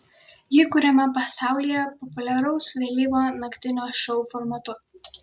ji kuriama pasaulyje populiaraus vėlyvo naktinio šou formatu